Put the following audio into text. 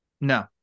No